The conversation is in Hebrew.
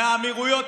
מהאמירויות,